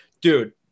dude